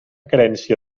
carència